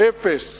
אפס.